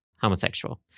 homosexual